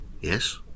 yes